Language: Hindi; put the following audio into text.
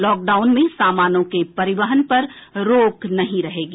लॉकडाउन में सामानों के परिवहन पर रोक नहीं रहेगी